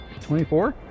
24